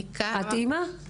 את אימא?